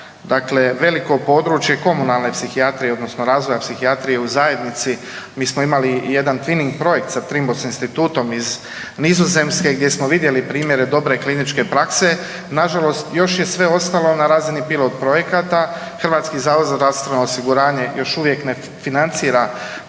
Dakle, veliko područje komunalne psihijatrije odnosno razvoja psihijatrije u zajednici mi smo imali jedan twinning projekt sa Trimbos institutom iz Nizozemske gdje smo vidjeli primjere dobre kliničke prakse. Nažalost još je sve ostalo na razini pilot projekata. HZZO još uvijek ne financira takvu